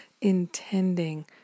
intending